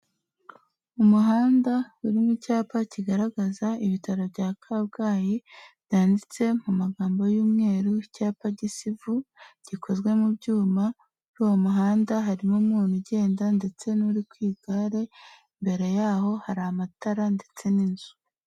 Umuhanda urimo icyapa kigaragaza ibitaro bya Kabgayi byanditse mu magambo y'umweru, icyapa gisa ivu gikozwe mu byuma, uwo muhanda harimo umuntu ugenda ndetse n'uri ku igare, imbere yaho hari amatara ndetse n'inzu.